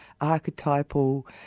archetypal